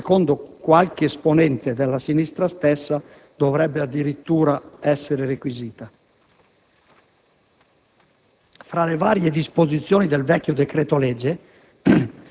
che, secondo qualche esponente della sinistra stessa, dovrebbe addirittura essere requisita. Fra le varie disposizioni del vecchio decreto-legge,